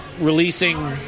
releasing